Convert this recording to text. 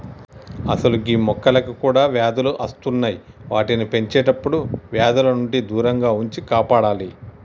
అసలు గీ మొక్కలకి కూడా వ్యాధులు అస్తున్నాయి వాటిని పెంచేటప్పుడు వ్యాధుల నుండి దూరంగా ఉంచి కాపాడాలి